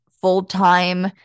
full-time